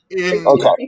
Okay